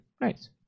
Nice